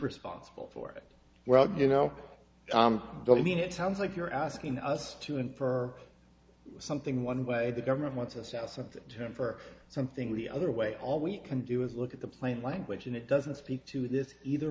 responsible for it well you know i don't mean it sounds like you're asking us to infer something one way the government wants us out something term for something the other way all we can do is look at the plain language and it doesn't speak to that either